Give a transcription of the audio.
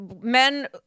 Men